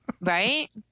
Right